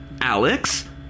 Alex